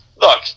look